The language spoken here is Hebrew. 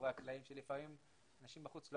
מאחורי הקלעים שלפעמים אנשים בחוץ לא